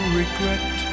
regret